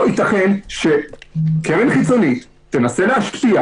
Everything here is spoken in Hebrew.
לא ייתכן שקרן חיצונית תנסה להשפיע